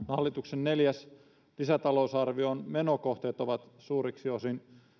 hallituksen neljännen lisätalousarvion menokohteet ovat suureksi osin